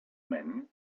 men